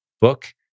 book